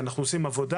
נעשה עבודה